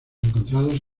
encontrados